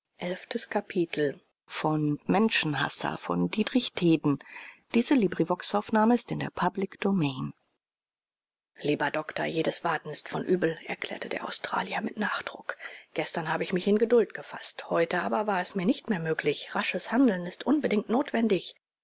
lieber doktor jedes warten ist von übel erklärte der australier mit nachdruck gestern habe ich mich in geduld gefaßt heute aber war es mir nicht mehr möglich rasches handeln ist unbedingt notwendig